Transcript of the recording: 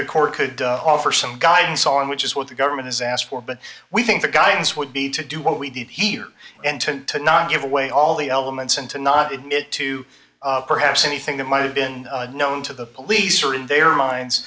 the court could offer some guidance on which is what the government has asked for but we think the guidance would be to do what we did here and to not give away all the elements and to not admit to perhaps anything that might have been known to the police or in their minds